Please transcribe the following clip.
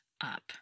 up